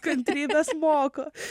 kantrybės moko